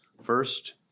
first